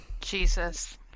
Jesus